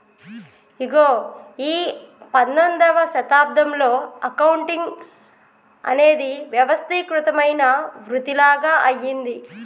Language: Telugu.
ఇగో ఈ పందొమ్మిదవ శతాబ్దంలో అకౌంటింగ్ అనేది వ్యవస్థీకృతమైన వృతిలాగ అయ్యింది